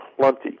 plenty